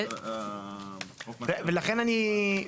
שנייה.